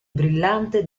brillante